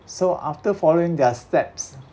so after following their steps